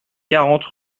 quarante